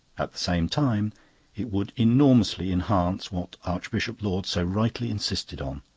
at the same time it would enormously enhance, what archbishop laud so rightly insisted on,